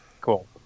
cool